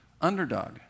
underdog